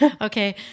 Okay